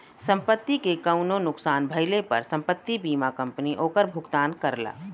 संपत्ति के कउनो नुकसान भइले पर संपत्ति बीमा कंपनी ओकर भुगतान करला